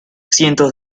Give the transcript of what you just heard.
cientos